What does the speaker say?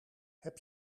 heb